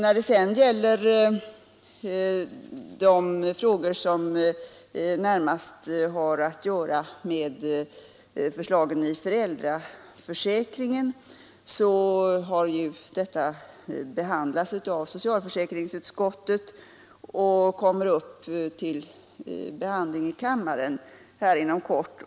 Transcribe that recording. Vad sedan beträffar de frågor som närmast har att göra med förslagen till föräldraförsäkringen så har ju dessa behandlats av socialförsäkringsutskottet och kommer upp till behandling i kammaren inom kort.